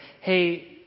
hey